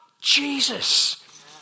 Jesus